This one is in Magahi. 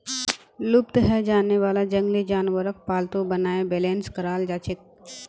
लुप्त हैं जाने वाला जंगली जानवरक पालतू बनाए बेलेंस कराल जाछेक